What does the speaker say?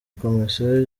komisiyo